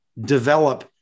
develop